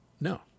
No